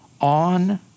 on